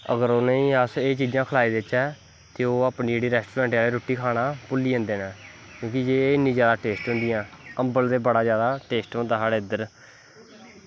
अगर उ'नें गी अस एह् चीज़ां खलाई देचै ते ओह् अपनी जेह्ड़ी रेस्टोरैंटे आह्ली रुट्टी खाना भुल्ली जंदे न क्योंकि एह् इन्नी जैदा टेस्ट होंदी ऐ अम्बल ते बड़ा जैदा टेस्ट होंदा साढ़ै इद्धर